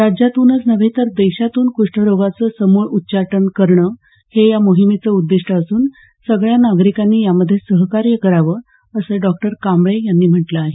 राज्यातूनच नव्हे तर देशातून कुष्ठरोगाचं समूळ उच्चाटन करणं हे या मोहिमेचं उद्दिष्ट असून सगळ्या नागरिकांनी यामध्ये सहकार्य करावं असं डॉक्टर कांबळे यांनी म्हटलं आहे